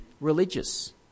religious